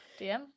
dm